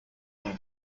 von